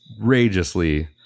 outrageously